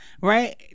right